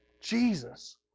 Jesus